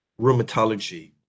Rheumatology